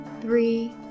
three